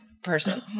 person